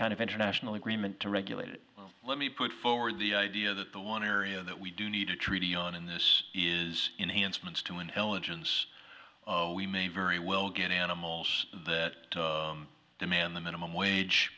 kind of international agreement to regulate it let me put forward the idea that the one area that we do need a treaty on in this is enhanced means to intelligence we may very well get animals that demand the minimum wage